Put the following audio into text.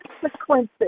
consequences